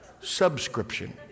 Subscription